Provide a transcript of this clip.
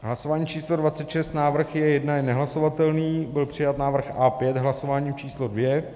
Hlasování číslo dvacet šest, návrh J1 je nehlasovatelný, byl přijat návrh A5 hlasováním číslo dvě.